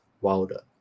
Wilder